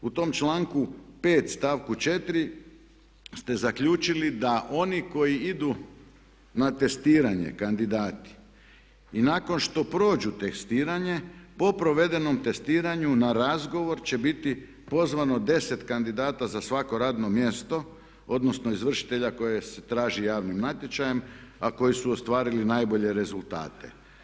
U tom članku 5. stavku 4. ste zaključili da oni koji idu na testiranje kandidati i nakon što prođu testiranje, po provedenom testiranju na razgovor će biti pozvano 10 kandidata za svako radno mjesto, odnosno izvršitelja koji se traži javnim natječajem a koji su ostvarili najbolje rezultate.